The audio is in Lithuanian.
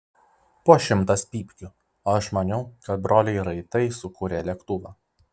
po šimtas pypkių o aš maniau kad broliai raitai sukūrė lėktuvą